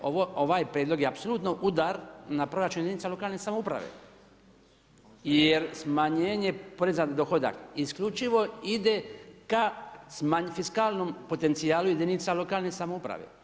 Ovaj Prijedlog je apsolutno udar na proračun jedinica lokalne samouprave jer smanjenje poreza na dohodak isključivo ide ka fiskalnom potencijalu jedinica lokalne samouprave.